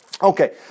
Okay